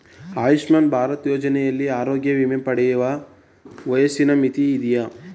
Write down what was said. ಆಯುಷ್ಮಾನ್ ಭಾರತ್ ಯೋಜನೆಯಲ್ಲಿ ಆರೋಗ್ಯ ವಿಮೆ ಪಡೆಯಲು ವಯಸ್ಸಿನ ಮಿತಿ ಇದೆಯಾ?